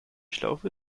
schlaufe